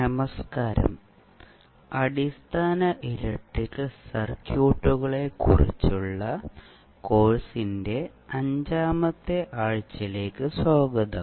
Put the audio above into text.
നമസ്കാരം അടിസ്ഥാന ഇലക്ട്രിക്കൽ സർക്യൂട്ടുകളെക്കുറിച്ചുള്ള കോഴ്സിന്റെ അഞ്ചാമത്തെ ആഴ്ചയിലേക്ക് സ്വാഗതം